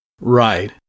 Right